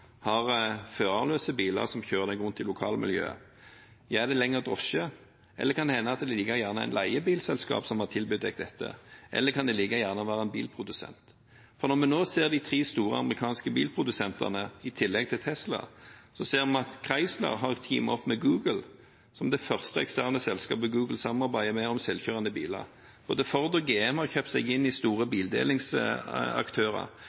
har førerløse biler som kjører deg rundt i lokalmiljøet, er det da drosjer? Kan det hende at det er et leiebilselskap som har tilbudt deg dette, eller kan det like gjerne være en bilprodusent? Når vi nå ser på de tre store amerikanske bilprodusentene, i tillegg til Tesla, ser vi at Chrysler har teamet opp med Google, som det første eksterne selskapet Google samarbeider med om selvkjørende biler. Både Ford og GM har kjøpt seg inn i store